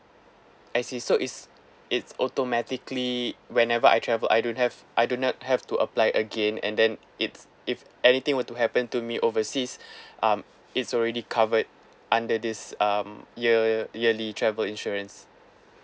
I see so it's it's automatically whenever I travel I don't have I do not have to apply again and then it's if anything were to happen to me overseas um it's already covered under this um year yearly travel insurance